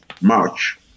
March